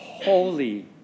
holy